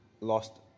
lost